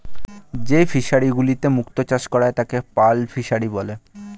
যেই ফিশারি গুলিতে মুক্ত চাষ করা হয় তাকে পার্ল ফিসারী বলে